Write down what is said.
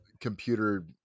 computer